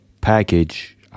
package